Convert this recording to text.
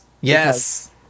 Yes